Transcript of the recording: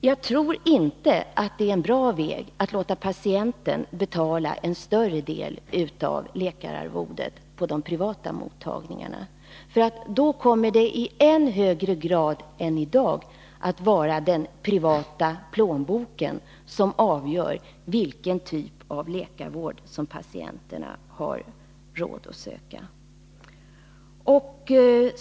Jag tror inte att det är en bra väg att låta patienten betala en större del av läkararvodet på de privata mottagningarna. Då kommer det i än högre grad äni dag att vara den privata plånboken som avgör vilken typ av läkarvård som patienterna har råd att efterfråga.